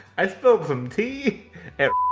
i've spilled some tea at.